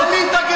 אדריכלית הגירוש.